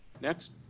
Next